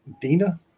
Dina